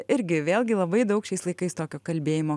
irgi vėlgi labai daug šiais laikais tokio kalbėjimo